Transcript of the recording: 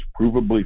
provably